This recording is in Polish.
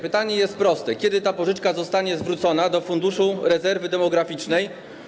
Pytanie jest proste: Kiedy ta pożyczka zostanie zwrócona do Funduszu Rezerwy Demograficznej?